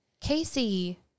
Casey